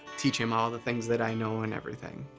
teach him all the things that i know and everything.